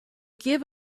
give